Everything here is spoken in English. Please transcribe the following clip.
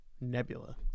Nebula